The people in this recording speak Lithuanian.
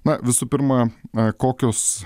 na visų pirma kokios